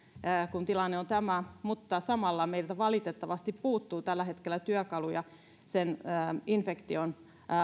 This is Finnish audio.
kun tilanne on tämä mutta samalla meiltä valitettavasti puuttuu tällä hetkellä työkaluja infektion